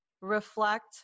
reflect